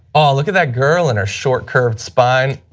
ah look at that girl and her short, curved spine.